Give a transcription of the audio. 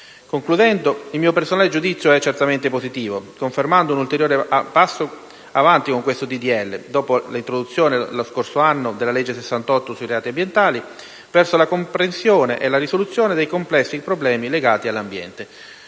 Concludendo, il mio personale giudizio è certamente positivo, confermando un ulteriore passo avanti, con questo disegno di legge, dopo l'introduzione, lo scorso anno, della legge n. 68 sui reati ambientali, verso la comprensione e la risoluzione dei complessi problemi legati all'ambiente.